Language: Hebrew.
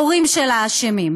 ההורים שלה אשמים.